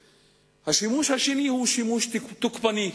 השימוש השני הוא שימוש תוקפני.